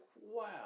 wow